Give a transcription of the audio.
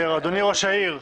אדוני ראש-העיר,